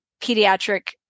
pediatric